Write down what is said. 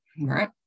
right